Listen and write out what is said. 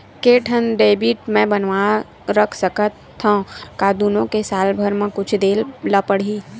के ठन डेबिट मैं बनवा रख सकथव? का दुनो के साल भर मा कुछ दे ला पड़ही?